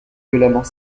violemment